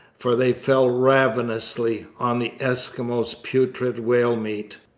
for they fell ravenously on the eskimos' putrid whale meat.